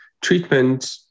treatment